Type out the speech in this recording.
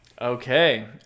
Okay